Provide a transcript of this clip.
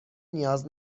نیاز